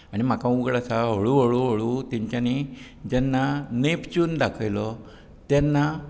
आनी म्हाका उगडास आसा हळू हळू तेंच्यांनी जेन्ना नॅप्चून दाखयलो तेन्ना